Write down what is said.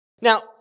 Now